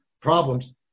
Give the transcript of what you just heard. problems